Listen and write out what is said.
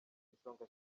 igisonga